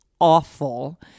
awful